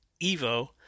Evo